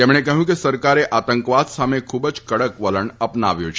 તેમણે કહ્યું કે સરકારે આતંકવાદ સામે ખૂબ જ કડક વલણ અપનાવ્યું છે